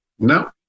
No